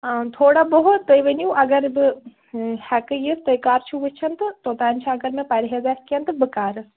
آ تھوڑا بہت تُہۍ ؤنِو اگَرے بہٕ ہیٚکہِ یِتھ تُہۍ کر چھو وچھان تہٕ توٚتانۍ اگر مےٚ پرہیز آسہِ کینٛہہ تہٕ بہٕ کَرٕ